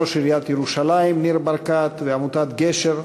ראש עיריית ירושלים ניר ברקת ועמותת "גשר"